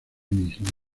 mis